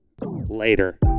Later